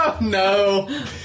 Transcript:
No